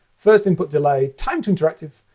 first input delay, time to interactive,